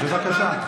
בבקשה.